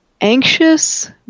anxious